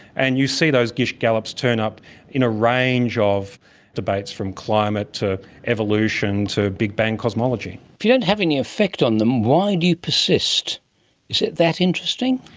and you see those gish gallops turn up in a range of debates, from climate to evolution to big bang cosmology. if you don't have any effect on them, why do you persist? is it that interesting?